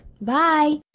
Bye